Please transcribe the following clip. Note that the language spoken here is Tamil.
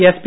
எஸ்பி